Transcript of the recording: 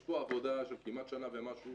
יש פה עבודה של כמעט שנה ומשהו